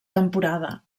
temporada